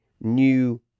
new